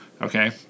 Okay